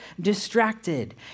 distracted